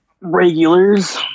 regulars